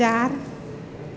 ચાર